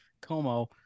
como